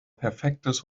perfektes